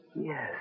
Yes